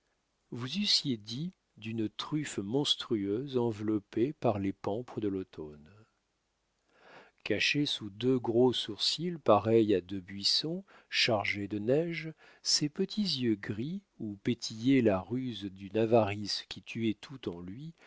vous eussiez dit d'une truffe monstrueuse enveloppée par les pampres de l'automne cachés sous deux gros sourcils pareils à deux buissons chargés de neige ses petits yeux gris où pétillait la ruse d'une avarice qui tuait tout en lui